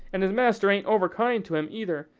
and his master ain't over kind to him either.